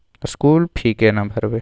School fee केना भरबै?